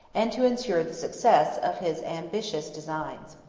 and to insure the success, of his ambitious designs.